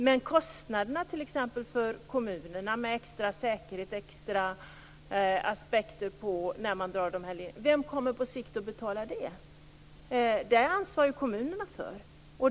Men kommunernas kostnader för extra säkerhet och andra aspekter på dragningen av de här ledningarna, vem kommer på sikt att betala det? Det ansvarar ju kommunerna för.